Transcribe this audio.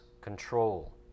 control